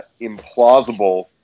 implausible